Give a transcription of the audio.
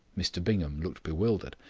mr bingham looked bewildered.